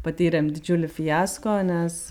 patyrėm didžiulį fiasko nes